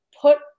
put